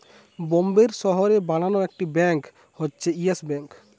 বোম্বের শহরে বানানো একটি ব্যাঙ্ক হচ্ছে ইয়েস ব্যাঙ্ক